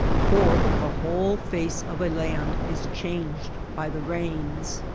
for the whole face of a land is changed by the rains.